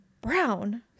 brown